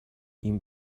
این